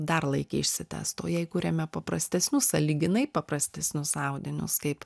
dar laike išsitęstų o jei kuriame paprastesnius sąlyginai paprastesnius audinius kaip